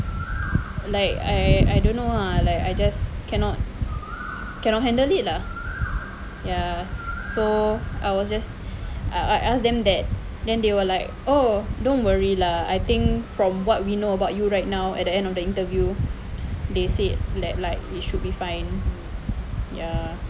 like I I don't know ah like I just cannot cannot handle it lah ya so I was just I ask them that then they were like oh don't worry lah I think from what we know about you right now at the end of the interview they said that like it should be fine ya